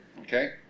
okay